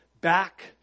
back